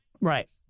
Right